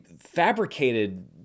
fabricated